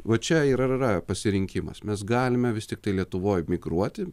va čia ir yra pasirinkimas mes galime vis tiktai lietuvoj migruoti